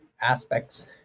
aspects